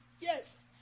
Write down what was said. Yes